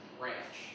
branch